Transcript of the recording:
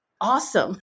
awesome